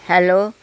hello